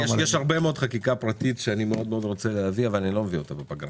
יש הרבה מאוד חקיקה פרטית שאני רוצה להביא אבל לא מביא בפגרה.